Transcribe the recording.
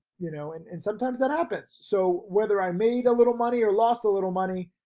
you know and and sometimes that happens. so whether i made a little money or lost a little money,